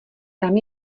tam